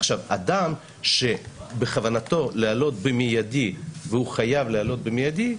אדם שבכוונתו לעלות במיידי והוא חייב לעלות במיידי,